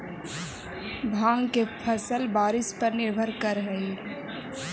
भाँग के फसल बारिश पर निर्भर करऽ हइ